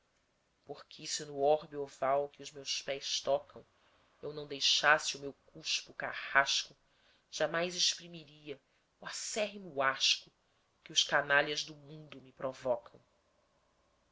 porque se no orbe oval que os meus pés tocam eu não deixasse o meu cuspo carrasco jamais exprimiria o acérrimo asco que os canalhas do mundo me provocam